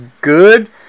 good